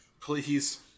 Please